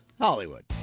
Hollywood